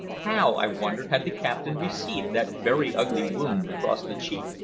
how, i wondered, had the captain received that very ugly wound across the cheek?